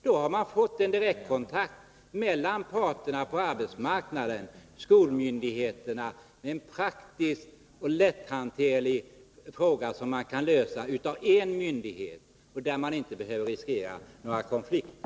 Då får man en direktkontakt mellan parterna på arbetsmarknaden och skolmyndigheterna i en praktisk och lätthanterlig fråga, som kan handhas av en myndighet, och med ett sådant system behöver man inte riskera några konflikter.